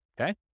okay